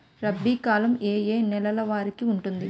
రబీ కాలం ఏ ఏ నెల వరికి ఉంటుంది?